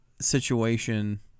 situation